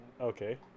okay